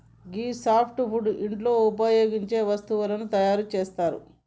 గీ softwood ఇంటిలో ఉపయోగించే వస్తువులను తయారు చేస్తరు